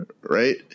right